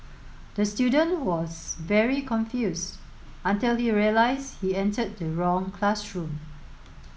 the student was very confused until he realised he entered the wrong classroom